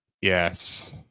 Yes